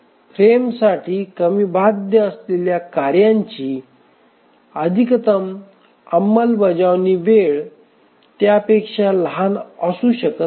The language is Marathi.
फ्रेमसाठी कमी बाध्य असलेल्या कार्याची अधिकतम अंमलबजावणी वेळ त्यापेक्षा लहान असू शकत नाही